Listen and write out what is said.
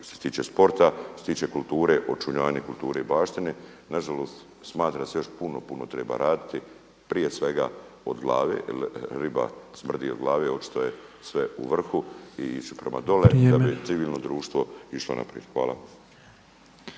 tiče sporta, što se tiče kulture, očuvanja kulturne baštine na žalost smatra se još puno, puno treba raditi. Prije svega od glave jer riba smrdi od glave. Očito je sve u vrhu i ići prema dolje da bi civilno društvo išlo naprijed.